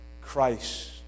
Christ